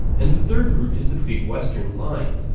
and the third route is the big western line.